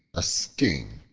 a sting,